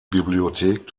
bibliothek